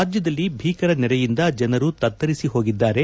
ರಾಜ್ಯದಲ್ಲಿ ಭೀಕರ ನೆರೆಯಿಂದ ಜನರು ತತ್ತರಿಸಿ ಹೋಗಿದ್ದಾರೆ